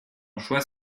choix